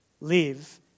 live